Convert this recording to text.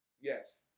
Yes